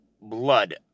blood